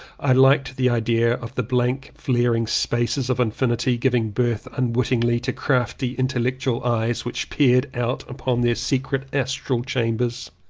i liked the idea of the blank flaring spaces of infi nity giving birth unwittingly to crafty intellectual eyes which peered out upon their secret astral chambers.